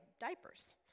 diapers